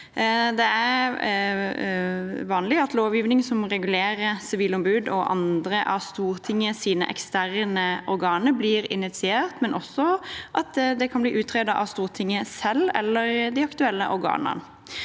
Det er vanlig at lovgivning som regulerer Sivilombudet og andre av Stortingets eksterne organer, blir initiert og utredet av Stortinget selv, eller av de aktuelle organene.